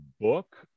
book